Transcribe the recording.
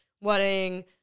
wedding